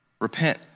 repent